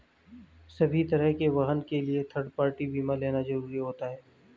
सभी तरह के वाहन के लिए थर्ड पार्टी बीमा लेना जरुरी होता है